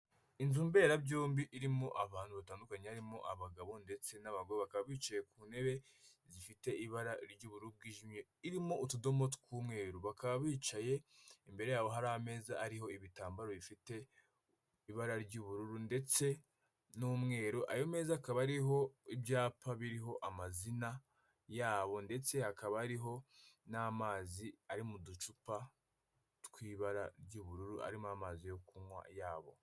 Inzu mberabyombi irimo abantu batandukanye harimo abagabo ndetse bakaba bicaye ku ntebe zifite ibara ry'uburujimye irimo utudomo tw'umweru bakaba bicaye imbere yabo hari ameza ariho ibitambaro bifite ibara ry'ubururu ndetse n'umweru ayo meza akaba ariho ibyapa biriho amazina yabo ndetse ha akaba ariho n'amazi ari mu ducupa tw'ibara ry'ubururu arimo amazi yo kunywa yabo.